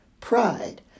pride